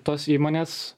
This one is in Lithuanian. tos įmonės